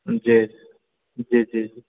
जी जी जी जी